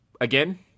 Again